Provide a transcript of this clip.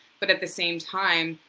but at the same time,